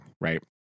Right